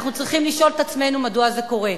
אנחנו צריכים לשאול את עצמנו מדוע זה קורה.